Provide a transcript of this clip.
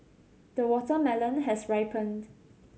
the watermelon has ripened